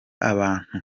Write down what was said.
abantu